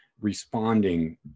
responding